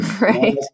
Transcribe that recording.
Right